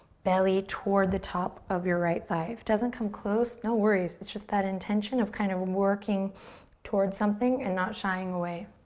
belly toward the top of your right thigh. if it doesn't come close, no worries. it's just that intention of kind of working towards something and not shying away.